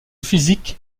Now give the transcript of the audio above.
physique